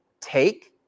take